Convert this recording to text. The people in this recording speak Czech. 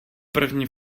první